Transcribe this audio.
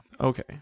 Okay